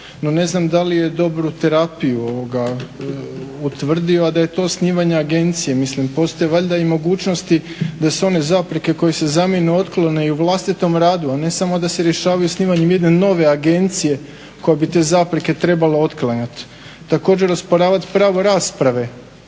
ne znam da li je dobru terapiju utvrdio, a da je to osnivanje agencije. Mislim postoje valjda i mogućnosti da se one zapreke koje se zamijene otklone i u vlastitom radu, a ne samo da se rješavaju osnivanjem jedne nove agencije koja bi te zapreke trebala otklanjati. Također osporavat pravo rasprave